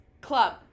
club